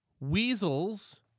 Weasels